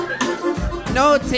No